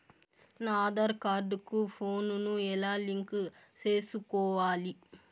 నా ఆధార్ కార్డు కు ఫోను ను ఎలా లింకు సేసుకోవాలి?